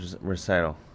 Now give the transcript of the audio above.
recital